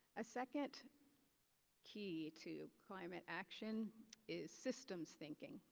a second key to climate action is systems thinking.